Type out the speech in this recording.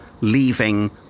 leaving